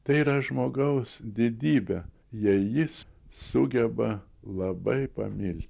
tai yra žmogaus didybę jei jis sugeba labai pamilti